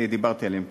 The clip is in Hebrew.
דיברתי עליהם קודם.